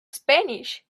spanish